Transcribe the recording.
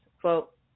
Quote